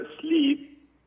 sleep